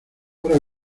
ahora